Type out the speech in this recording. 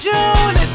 June